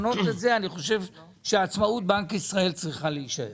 חושב שעצמאות בנק ישראל צריכה להישמר.